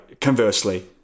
conversely